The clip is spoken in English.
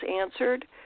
answered